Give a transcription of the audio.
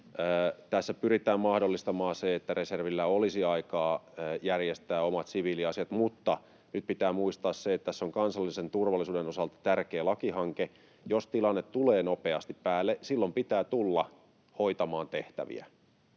Tässä pyritään mahdollistamaan se, että reservillä olisi aikaa järjestää omat siviiliasiansa, mutta nyt pitää muistaa se, että tässä on kansallisen turvallisuuden osalta tärkeä lakihanke. Jos tilanne tulee nopeasti päälle, silloin pitää tulla hoitamaan tehtäviä,